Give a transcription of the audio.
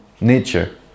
nature